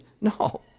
No